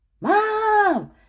mom